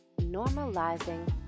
Normalizing